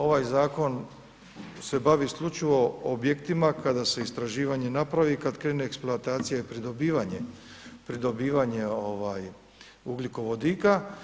Ovaj zakon se bavi isključivo objektima kada se istraživanje napravi i kada krene eksploatacija i pridobivanje, pridobivanje ugljikovodika.